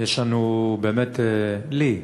יש לנו באמת, לי,